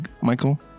Michael